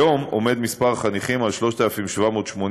כיום מספר החניכים הוא 3,781,